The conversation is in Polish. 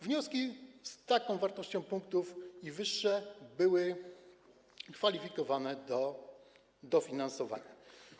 Wnioski z taką wartością punktów i wyższą były kwalifikowane do dofinansowania.